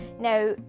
now